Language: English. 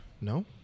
No